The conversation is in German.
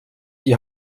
die